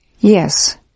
Yes